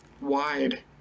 wide